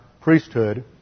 priesthood